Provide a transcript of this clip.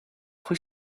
pwy